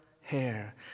hair